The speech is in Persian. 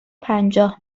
پنجاه